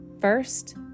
first